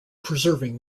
preserving